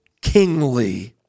kingly